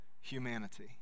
humanity